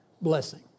blessing